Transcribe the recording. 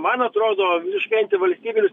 man atrodo visiškai antivalstybinius